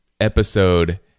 episode